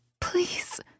please